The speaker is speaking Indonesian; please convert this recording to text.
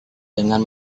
dengan